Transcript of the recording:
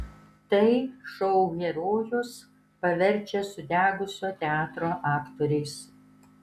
tai šou herojus paverčia sudegusio teatro aktoriais